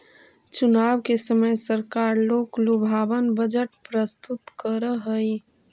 चुनाव के समय सरकार लोकलुभावन बजट प्रस्तुत करऽ हई